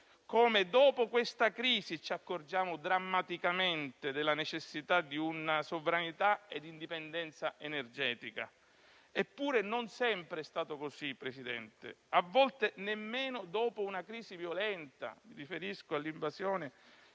solo dopo questa crisi ci accorgiamo drammaticamente della necessità della sovranità ed indipendenza energetica. Eppure non è sempre stato così, Presidente. A volte nemmeno dopo una crisi violenta - mi riferisco all'invasione